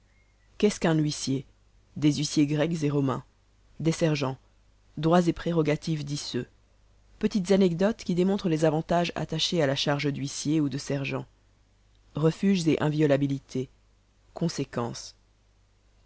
qu'est-ce qu'un huissier des huissiers grecs et romains des sergens droits et prérogatives d'iceux petites anecdotes qui démontrent les avantages attachés à la charge d'huissier ou de sergent refuges et inviolabilité conséquences